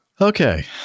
Okay